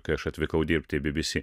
kai aš atvykau dirbti bbc